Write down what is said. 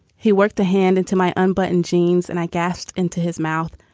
he worked a hand into my unbuttoned jeans, and i guessed into his mouth.